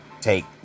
take